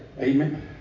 Amen